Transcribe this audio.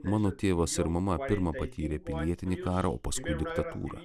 mano tėvas ir mama pirma patyrė pilietinį karą o paskui diktatūrą